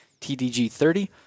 TDG30